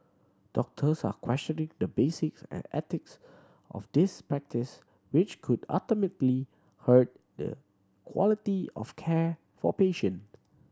doctors are questioning the basis and ethics of this practice which could ultimately hurt the quality of care for patient